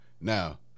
now